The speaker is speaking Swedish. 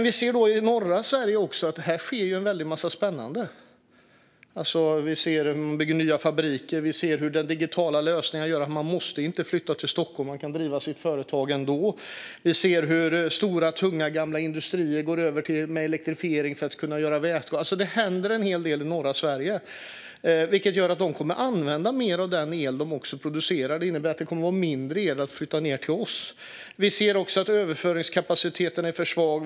Vi ser också att det sker en väldig massa spännande saker i norra Sverige. Vi ser hur det byggs nya fabriker och hur digitala lösningar gör att man inte måste flytta till Stockholm utan kan driva sitt företag ändå. Vi ser hur stora och tunga gamla industrier går över till elektrifiering för att kunna göra vätgas. Det händer en hel del i norra Sverige, vilket gör att de kommer att använda mer av den el som de producerar. Detta innebär att det kommer att finnas mindre el att flytta ned till oss. Vi ser också att överföringskapaciteten är för svag.